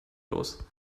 los